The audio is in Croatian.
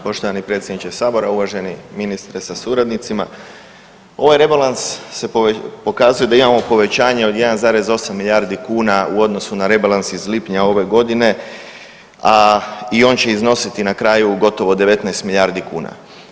Poštovani predsjedniče sabora, uvaženi ministre sa suradnicima, ovaj rebalans se pokazuje da imamo povećanje od 1,8 milijardi kuna u odnosu na rebalans iz lipnja ove godine, a i on će iznositi na kraju gotovo 19 milijardi kuna.